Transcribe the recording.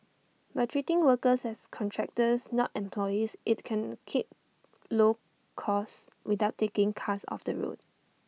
by treating workers as contractors not employees IT can keep low costs without taking cars off the road